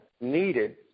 needed